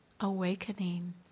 Awakening